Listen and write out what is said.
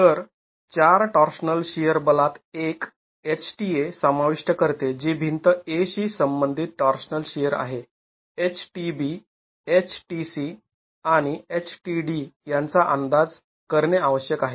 तर चार torsional shear बलात एक Ht A समाविष्ट करते जी भिंत A शी संबंधित टॉर्शनल शिअर आहे H tB H tC आणि H tD यांचा आता अंदाज करणे आवश्यक आहे